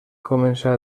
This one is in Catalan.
començà